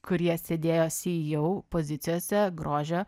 kurie sėdėjo ceo pozicijose grožio